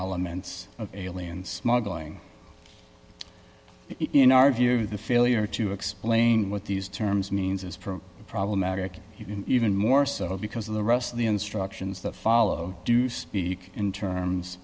elements of alien smuggling in our view of the failure to explain what these terms means as per the problematic you can even more so because of the rest of the instructions that follow do speak in terms